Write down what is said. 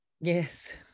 Yes